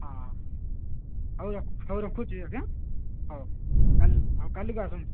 ହଁ ହଉ ରଖ ହଉ ରଖୁଛି ଆଜ୍ଞା ହଉ କାଲ ହଉ କାଲିକି ଆସନ୍ତୁ